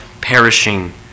perishing